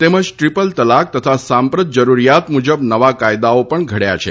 તેમજ ત્રિપલ તલાક સહિત સાંમપ્રત જરૂરિયાત મુજબ નવા કાયદા પણ ઘડયા છે